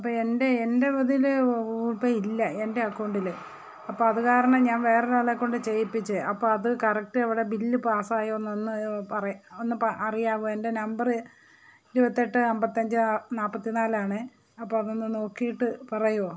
അപ്പോൾ എന്റെ എന്റെ ഇതിൽ ഗൂഗിള് പേ ഇല്ല എന്റെ അക്കൗണ്ടിൽ അപ്പോൾ അതുകാരണം ഞാന് വേറൊരാളെ കൊണ്ടു ചെയ്യിപ്പിച്ചതാണ് അപ്പോൾ അതു കറക്റ്റ് അവിടെ ബില്ല് പാസായോയൊന്ന് പറ ഒന്നു പ അറിയാമോ എന്റെ നമ്പർ ഇരുപത്തെട്ട് അൻപത്തഞ്ച് നാൽപ്പത്തി നാലാണേ അപ്പോൾ അതൊന്നു നോക്കിയിട്ട് പറയുമോ